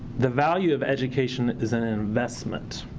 the value of education is an investment.